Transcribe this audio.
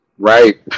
right